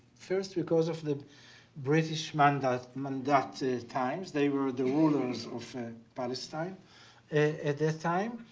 first because of the british mandate um and times. they were the rulers of palestine at that time.